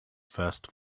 first